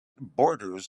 borders